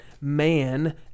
man